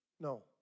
No